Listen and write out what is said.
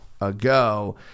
ago